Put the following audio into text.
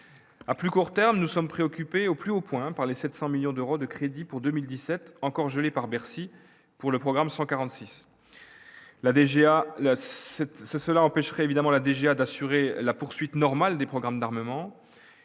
à plus court terme, nous sommes préoccupés, au plus haut point par les 700 millions d'euros de crédits pour 2017 encore gelés par Bercy pour le programme 146 la DGA la cette cela empêcherait évidemment la DGA d'assurer la poursuite normale des programmes d'armement